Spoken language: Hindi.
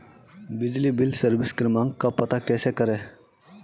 बिजली बिल सर्विस क्रमांक का पता कैसे करें?